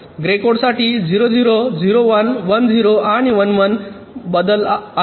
grey कोडसाठी 0 0 0 1 1 0 आणि 1 1 बदल आहेत